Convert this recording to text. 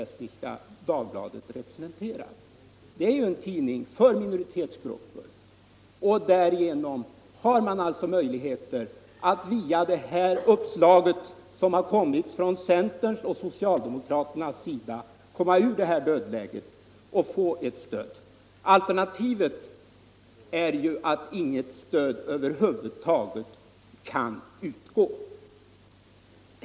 Estniska Dagbladet är en tidning som riktar sig till minoritetsgrupper, och därmed skulle man via det uppslag som framförts av centern och socialdemokraterna ha möjligheter att komma ur dödläget och få ett stöd. Alternativet är ju att inget stöd = Nr 80 över huvud taget kan utgå.